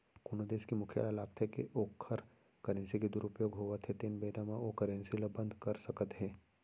कोनो देस के मुखिया ल लागथे के ओखर करेंसी के दुरूपयोग होवत हे तेन बेरा म ओ करेंसी ल बंद कर सकत हे